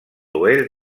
oest